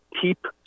keep